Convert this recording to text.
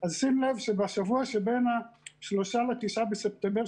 אז שים לב שבשבוע שבין 3 ל-9 בספטמבר,